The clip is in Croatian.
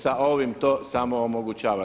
Sa ovim to samo omogućava.